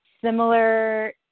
similar